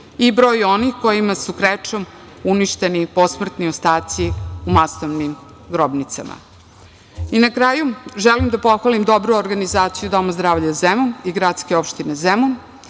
i broj onih kojima su krečom uništeni posmrtni ostaci u masovnim grobnicama.I na kraju, želim da pohvalim dobru organizaciju Doma zdravlja Zemun i gradske opštine Zemun.